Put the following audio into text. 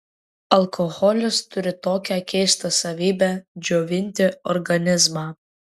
alkoholis turi tokią keistą savybę džiovinti organizmą